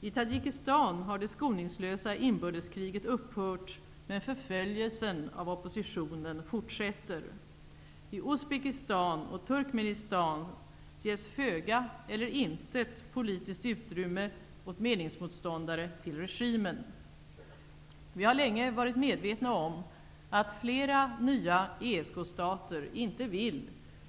I Tadzjikistan har det skoningslösa inbördeskriget upphört, men förföljelsen av oppositionen fortsätter. I Uzbekistan och Turkmenistan ges föga eller intet politiskt utrymme åt meningsmotståndare till regimen. Vi har länge varit medvetna om att flera nya ESK stater inte vill